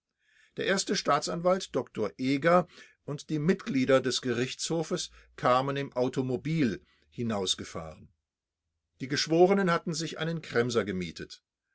der erste staatsanwalt dr eger und die mitglieder des gerichtshofes kamen im automobil hinausgefahren die geschworenen hatten sich einen kremser gemietet